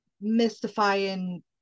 mystifying